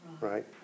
Right